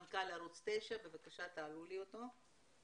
בבקשה תעלו לי אותו.